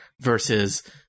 versus